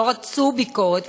ולא רצו ביקורת,